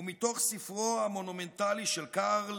הוא מתוך ספרו המונומנטלי של קרל